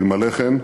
אלמלא כן,